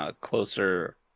closer